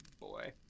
boy